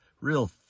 real